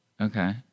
Okay